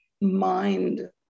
mind